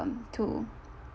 um to